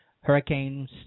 hurricanes